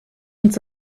uns